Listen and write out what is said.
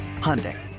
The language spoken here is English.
Hyundai